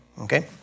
okay